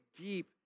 deep